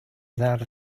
without